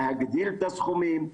להגדיל את הסכומים,